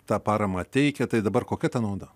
tą paramą teikia tai dabar kokia ta nauda